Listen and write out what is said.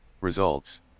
Results